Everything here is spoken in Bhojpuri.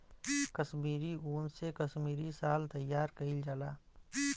कसमीरी उन से कसमीरी साल तइयार कइल जाला